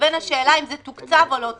לבין השאלה האם זה תוקצב או לא תוקצב.